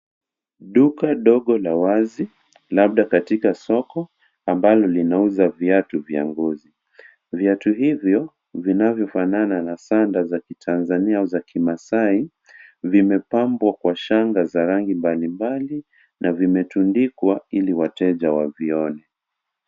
Duka dogo la wazi labda katika soko ambalo linauza viatu vya ngozi, viatu hivyo vinavyofanana na sanda za kitanzania ama za kimaasai vimepambwa kwa shanga mbali mbali na vimetundikwa ili wateja wavione.